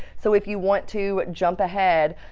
so if you want to jump ahead,